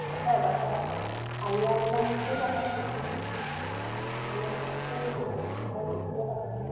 পাতে পাতে আলি আই লৃগাঙটো পাতে মিচিঙে আলি আই লৃগাঙটো সিহঁতে বেছিকৈ পাতে